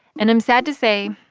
and i'm sad to say,